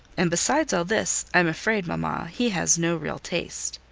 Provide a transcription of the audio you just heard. and besides all this, i am afraid, mama, he has no real taste.